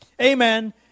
Amen